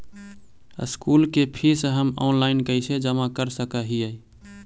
School के फीस हम ऑनलाइन कैसे जमा कर सक हिय?